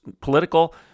political